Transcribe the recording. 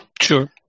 Sure